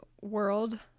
world